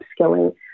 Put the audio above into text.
upskilling